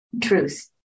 truth